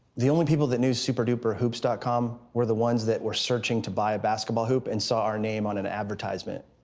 the only people that knew superduperhoops dot com were the ones that were searching to buy a basketball hoop and saw our name on an advertisement.